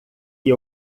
que